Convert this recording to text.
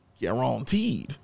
guaranteed